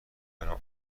برم